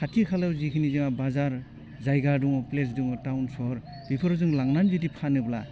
खाथि खालायाव जिखिनि जोंहा बाजार जायगा दङ प्लेस दङो टाउन सहर बेफोराव जों लांनानै जुदि फानोब्ला